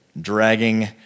Dragging